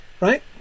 right